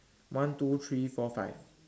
one two three four five